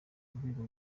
urwego